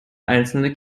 einzelne